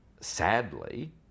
sadly